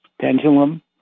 pendulum